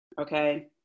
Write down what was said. okay